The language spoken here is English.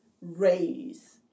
raise